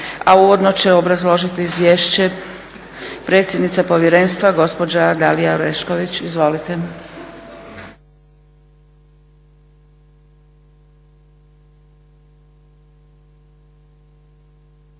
a uvodno će obrazložiti izvješće predsjednica povjerenstva gospođa Dalija Orešković. Izvolite.